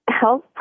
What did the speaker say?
health